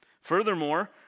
Furthermore